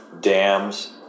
dams